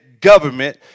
government